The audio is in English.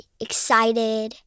excited